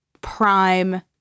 prime